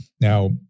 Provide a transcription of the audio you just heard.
Now